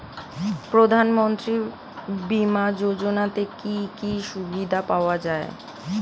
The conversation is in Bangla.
প্রধানমন্ত্রী বিমা যোজনাতে কি কি সুবিধা পাওয়া যায়?